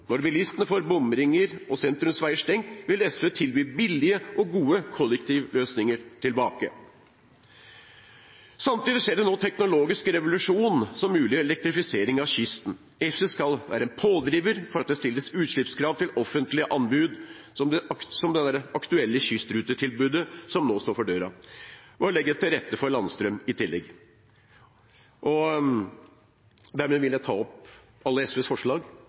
Når bilistene får bomringer og sentrumsveier stengt, vil SV tilby billige og gode kollektivløsninger tilbake. Samtidig skjer det nå en teknologisk revolusjon som muliggjør elektrifisering av kysten. SV skal være en pådriver for at det stilles utslippskrav til offentlige anbud, som det aktuelle kystrutetilbudet som nå står for døra, og legge til rette for landstrøm i tillegg. Jeg vil ta opp